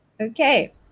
Okay